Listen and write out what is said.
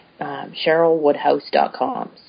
cherylwoodhouse.com